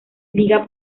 liga